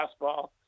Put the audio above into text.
fastball